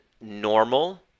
normal